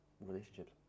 relationships